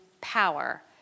power